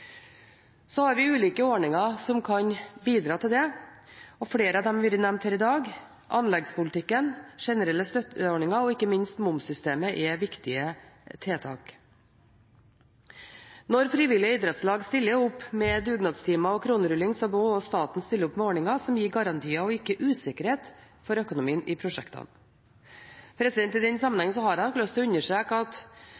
har ulike ordninger som kan bidra til det. Flere av dem har vært nevnt her i dag – anleggspolitikken, generelle støtteordninger og ikke minst momssystemet er viktige tiltak. Når frivillige idrettslag stiller opp med dugnadstimer og kronerulling, må også staten stille opp med ordninger som gir garantier og ikke usikkerhet for økonomien i prosjektene. I den